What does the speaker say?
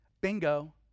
Bingo